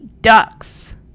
Ducks